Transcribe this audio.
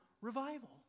revival